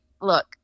look